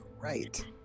Right